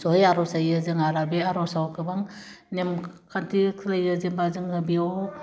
ज'यै आर'ज जायो जों आरो बे आरजयाव गोबां नेमखान्थि खालायो जेनैबा जोङो बेयाव